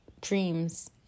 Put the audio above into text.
dreams